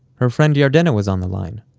her friend yardena was on the line.